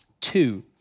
two